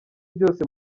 byose